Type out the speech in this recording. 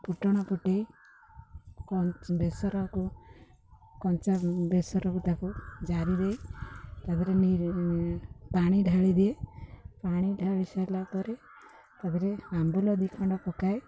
ଫୁଟଣ ଫୁଟେଇ ବେସରକୁ କଞ୍ଚା ବେସରକୁ ତାକୁ ଜାରି ଦେଇ ତା'ଦେହରେ ପାଣି ଢାଳି ଦିଏ ପାଣି ଢାଳି ସାରିଲା ପରେ ତା'ଦେହରେ ଆମ୍ବୁଲ ଦୁଇ ଖଣ୍ଡ ପକାଏ